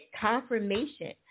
confirmation